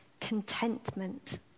contentment